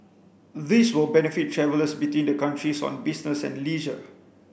this will benefit travellers between the countries on business and leisure